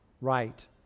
right